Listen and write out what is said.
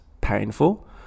painful